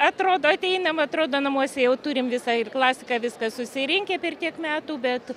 atrodo ateinam atrodo namuose jau turim visą ir klasiką viską susirinkę per tiek metų bet